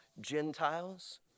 Gentiles